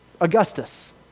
Augustus